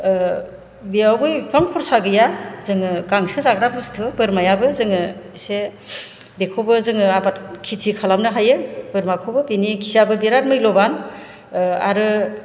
बेयावबो एसेबां खरसा गैया जोङो गांसो जाग्रा बुस्थु बोरमायाबो जोङो एसे बेखौबो जोङो आबाद खेथि खालामनो हायो बोरमाखौबो बिनि खियाबो बिराद मैल'बान आरो